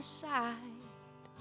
side